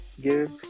give